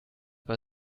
bei